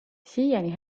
siiani